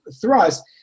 thrust